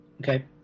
Okay